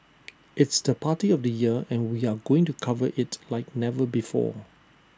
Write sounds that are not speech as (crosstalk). (noise) it's the party of the year and we are going to cover IT like never before